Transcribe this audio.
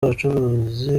abacuruzi